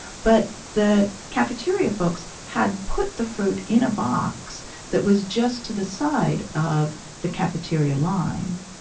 but the cafeteria folks had put the fruit in a box that was just to the side of the cafeteria line,